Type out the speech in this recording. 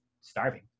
starving